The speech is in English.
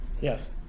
Yes